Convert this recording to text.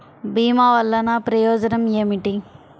భీమ వల్లన ప్రయోజనం ఏమిటి?